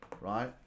right